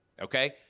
Okay